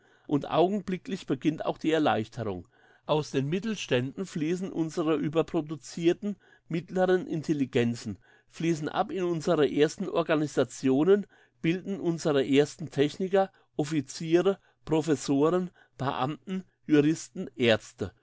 und augenblicklich beginnt auch die erleichterung aus den mittelständen fliessen unsere überproducirten mittleren intelligenzen fliessen ab in unsere ersten organisationen bilden unsere ersten techniker officiere professoren beamten juristen